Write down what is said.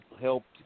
helped